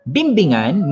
Bimbingan